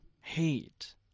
hate